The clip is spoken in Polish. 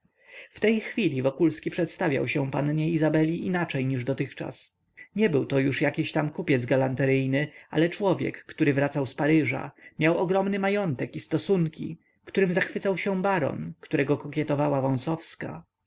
w tej chwili wokulski przedstawiał się pannie izabeli inaczej niż dotychczas nie był to już jakiś tam kupiec galanteryjny ale człowiek który wracał z paryża miał ogromny majątek i stosunki którym zachwycał się baron którego